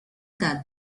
that